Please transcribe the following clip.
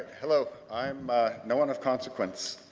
hello. i'm no one of consequence.